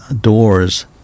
doors